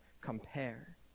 compare